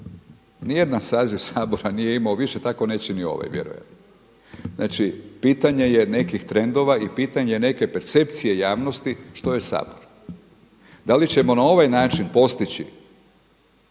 Ni jedan saziv Sabora nije imao više, tako neće ni ovaj, vjerujem. Znači pitanje je nekih trendova i pitanje neke percepcije javnosti što je Sabor. Da li ćemo na ovaj način postići